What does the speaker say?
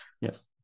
Yes